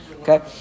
Okay